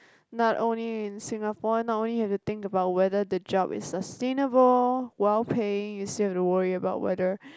not only in Singapore no only you have to think about whether the job is sustainable well paying you still have to worry about whether